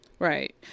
Right